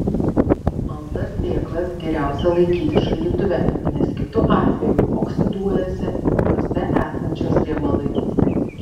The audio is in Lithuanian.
maltas sėklas geriausia laikyti šaldytuve nes kitu atveju oksiduojasi jose esančios riebalai